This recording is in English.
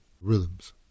rhythms